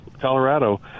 Colorado